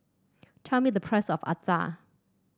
tell me the price of acar